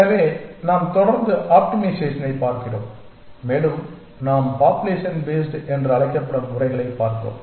எனவே நாம் தொடர்ந்து ஆப்டிமைசேஷனைப் பார்க்கிறோம் மேலும் நாம் பாப்புலேஷன் பேஸ்ட் என்று அழைக்கப்படும் முறைகளைப் பார்க்கிறோம்